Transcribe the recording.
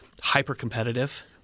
hyper-competitive